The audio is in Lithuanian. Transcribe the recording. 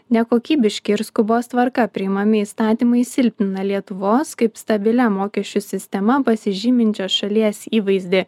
nekokybiški ir skubos tvarka priimami įstatymai silpnina lietuvos kaip stabilia mokesčių sistema pasižyminčios šalies įvaizdį